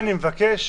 אני מבקש: